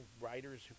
writers